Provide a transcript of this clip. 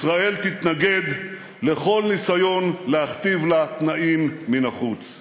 ישראל תתנגד לכל ניסיון להכתיב לה תנאים מן החוץ.